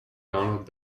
donald